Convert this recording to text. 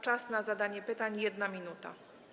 Czas na zadanie pytania - 1 minuta.